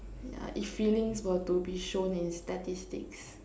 yeah if feelings were to be shown in statistics